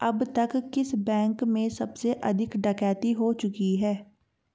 अब तक किस बैंक में सबसे अधिक डकैती हो चुकी है?